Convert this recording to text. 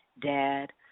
dad